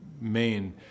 main